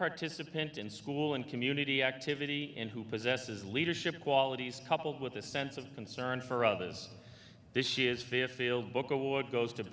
participant in school and community activity and who possesses leadership qualities coupled with a sense of concern for others this year's fairfield book award goes to